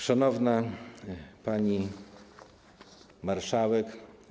Szanowna Pani Marszałek!